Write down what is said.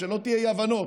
שלא יהיו אי-הבנות,